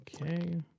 Okay